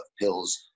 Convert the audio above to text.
pills